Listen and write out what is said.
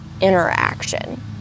interaction